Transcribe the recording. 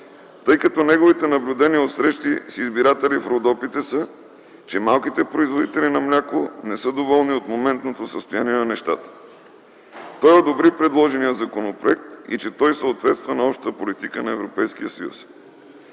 тъй като неговите наблюдения от срещи с избиратели в Родопите са, че малките производители на мляко не са доволни от моментното състояние на нещата. Той одобри предложеният законопроект и че той съответства на Общата политика на Европейския съюз.